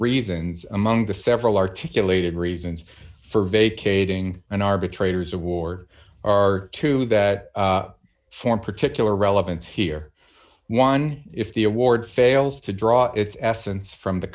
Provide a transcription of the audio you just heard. reasons among the several articulated reasons for vacating an arbitrator's award are two that form particular relevance here one if the award fails to draw its essence from the